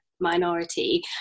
minority